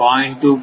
2 0